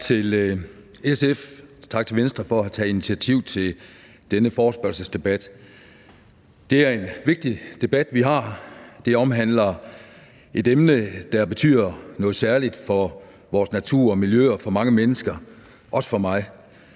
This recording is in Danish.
tak til Venstre for at have taget initiativ til denne forespørgelsesdebat. Det er en vigtig debat, vi har. Den omhandler et emne, der betyder noget særligt for vores natur og miljø og for mange mennesker, også for mig.